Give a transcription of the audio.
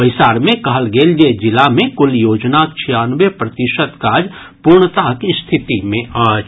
बैसार मे कहल गेल जे जिला मे कुल योजनाक छियानवे प्रतिशत काज पूर्णताक स्थिति मे अछि